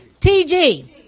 TG